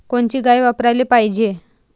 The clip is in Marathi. कोनची गाय वापराली पाहिजे?